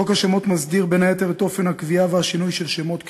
חוק השמות מסדיר בין היתר את אופן הקביעה והשינוי של שמות קטינים.